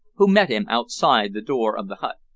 who met him outside the door of the hut.